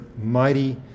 mighty